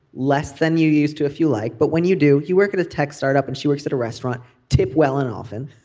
less than you used to if you like but when you do you work at a tech startup and she works at a restaurant tip well and often